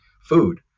food